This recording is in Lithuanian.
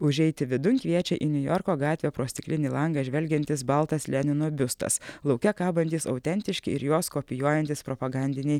užeiti vidun kviečia į niujorko gatvę pro stiklinį langą žvelgiantis baltas lenino biustas lauke kabantys autentiški ir juos kopijuojantys propagandiniai